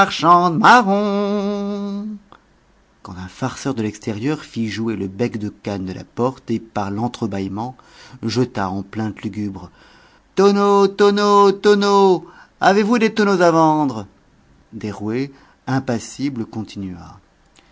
quand un farceur de l'extérieur fit jouer le bec-de-cane de la porte et par l'entrebâillement jeta en plainte lugubre tonneaux tonneaux tonneaux avez-vous des tonneaux à vendre derouet impassible continua